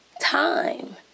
time